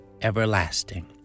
everlasting